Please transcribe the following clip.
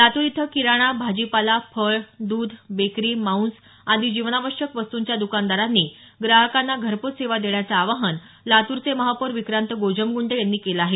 लातूर इथं किराणा भाजीपाला फळ दूध बेकरी मांस आदी जीवनावश्यक वस्तूंच्या दकानदारांनी ग्राहकांना घरपोच सेवा देण्याचं आवाहन लातूरचे महापौर विक्रांत गोजमगुंडे यांनी केलं आहे